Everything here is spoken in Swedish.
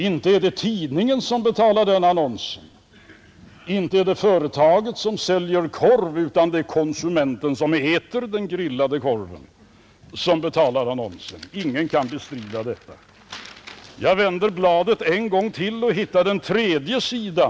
Inte är det tidningen som betalar den annonsen, och inte heller är det företaget som säljer korv, utan det är konsumenten som äter den grillade korven som betalar annonsen. Ingen kan bestrida detta. Jag vände bladet en gång till och hittade en tredje sida.